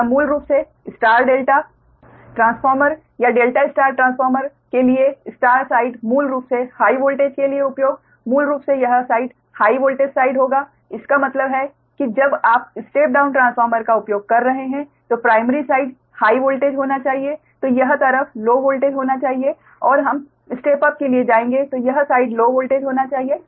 यह मूल रूप से स्टार डेल्टा ट्रांसफार्मर या डेल्टा स्टार ट्रांसफार्मर के लिए स्टार साइड मूल रूप से हाइ वोल्टेज के लिए उपयोग मूल रूप से यह साइड हाइ वोल्टेज साइड होगा इसका मतलब है कि जब आप स्टेप डाउन ट्रांसफार्मर का उपयोग कर रहे हैं तो प्राइमरी साइड हाइ वोल्टेज होना चाहिए और यह तरफ लो वोल्टेज होना चाहिए और हम स्टेप अप के लिए जाएंगे तो यह साइड लो वोल्टेज होनी चाहिए